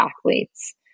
athletes